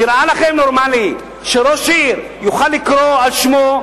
נראה לכם נורמלי שראש עיר יוכל לקרוא על שמו,